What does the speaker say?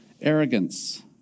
Arrogance